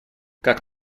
как